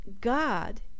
God